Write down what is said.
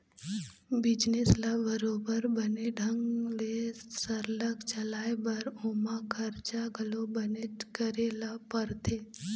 business ल बरोबर बने ढंग ले सरलग चलाय बर ओमा खरचा घलो बनेच करे ल परथे